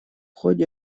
ходе